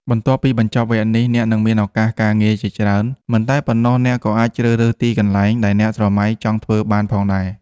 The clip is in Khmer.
បន្ទាប់ពីបញ្ចប់វគ្គនេះ អ្នកនឹងមានឱកាសការងារជាច្រើន មិនតែប៉ុណ្ណោះអ្នកក៏អាចជ្រើសរើសទីកន្លែងដែលអ្នកស្រមៃចង់ធ្វើបានផងដែរ។